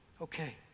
okay